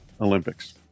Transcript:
Olympics